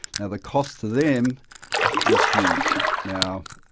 now, the cost to them is huge. now,